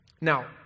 Now